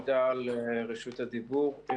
תודה על רשות הדיבור.